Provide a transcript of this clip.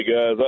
guys